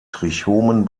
trichomen